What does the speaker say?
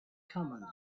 common